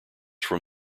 from